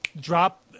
drop